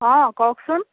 অঁ কওঁকচোন